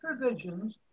provisions